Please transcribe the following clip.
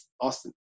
Austin